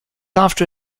after